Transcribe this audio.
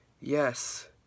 yes